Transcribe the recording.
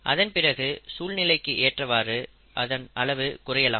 அதன்பிறகு சூழ்நிலைக்கு ஏற்றவாறு இதன் அளவு குறையலாம்